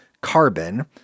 carbon